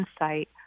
insight